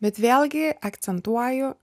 bet vėlgi akcentuoju